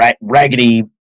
raggedy